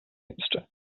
instant